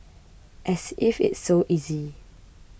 as if it's so easy